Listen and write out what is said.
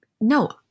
No